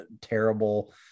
terrible